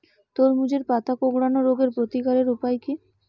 তরমুজের পাতা কোঁকড়ানো রোগের প্রতিকারের উপায় কী?